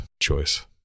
choice